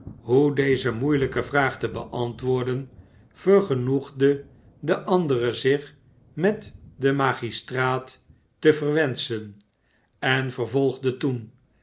hoe deze moeielijke vraag te beantwoorden vergenoegde de andere zich met den magistraat te verwenschen en vervolgde toen